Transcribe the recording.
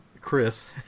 Chris